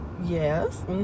Yes